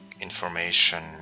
information